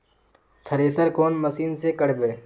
Thresher कौन मशीन से करबे?